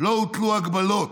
לא הוטלו הגבלות,